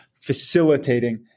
facilitating